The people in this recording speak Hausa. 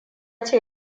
ce